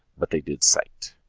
but they did cite.